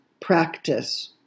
practice